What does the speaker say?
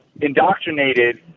indoctrinated